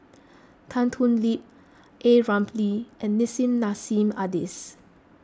Tan Thoon Lip A Ramli and Nissim Nassim Adis